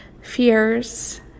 fears